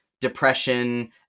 depression